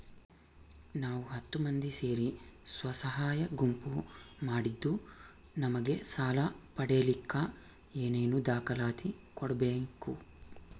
ನಾವು ಹತ್ತು ಮಂದಿ ಸೇರಿ ಸ್ವಸಹಾಯ ಗುಂಪು ಮಾಡಿದ್ದೂ ನಮಗೆ ಸಾಲ ಪಡೇಲಿಕ್ಕ ಏನೇನು ದಾಖಲಾತಿ ಕೊಡ್ಬೇಕು?